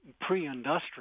Pre-industrial